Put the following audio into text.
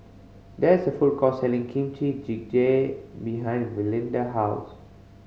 there is a food court selling Kimchi Jigae behind Valinda house